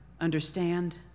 understand